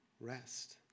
Rest